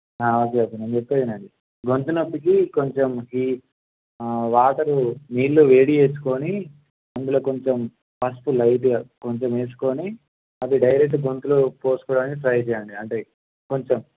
okay okay నేను చెప్పేదినండి గొంతు నొప్పికి కొంచం ఈ వాటరు నీళ్ళు వేడి చేసుకుని అందులో కొంచెం పసుపు లైట్గా కొంచెం వేసుకుని అది డైరెక్ట్ గొంతులో పోసుకోడానికి ట్రై చెయ్యండి అంటే కొంచెం